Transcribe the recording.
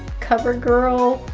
cover girl,